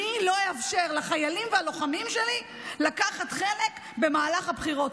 אני לא אאפשר לחיילים והלוחמים שלי לקחת חלק במהלך הבחירות.